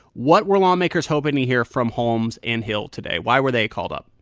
what were lawmakers hoping to hear from holmes and hill today? why were they called up?